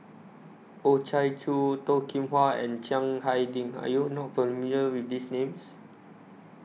Oh Chai Chew Toh Kim Hwa and Chiang Hai Ding Are YOU not familiar with These Names